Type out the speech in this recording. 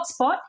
hotspot